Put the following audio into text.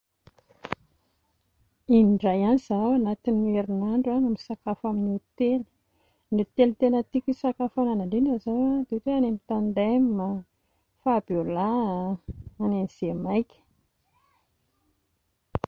In-dray ihany izaho ao anatin'ny herinandro no misakafo amin'ny hotely, ny hotely tena tiako hisakafoanako indrindra izao dia ohatra hoe any amin'ny Tandem a, Fabiolà, any amin'ny Zemaika